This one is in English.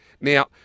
Now